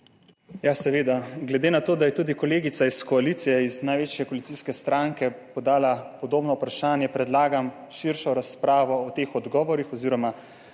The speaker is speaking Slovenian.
Seveda, glede na to, da je tudi kolegica iz največje koalicijske stranke podala podobno vprašanje, predlagam širšo razpravo o teh odgovorih oziroma bolj